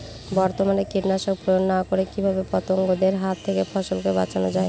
বর্তমানে কীটনাশক প্রয়োগ না করে কিভাবে পতঙ্গদের হাত থেকে ফসলকে বাঁচানো যায়?